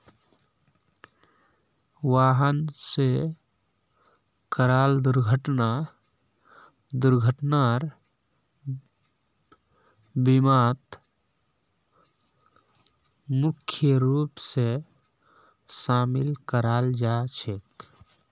वाहन स कराल दुर्घटना दुर्घटनार बीमात मुख्य रूप स शामिल कराल जा छेक